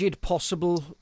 possible